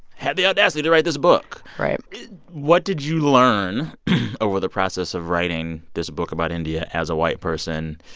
had the audacity to write this book right what did you learn over the process of writing this book about india as a white person?